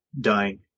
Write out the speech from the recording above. dying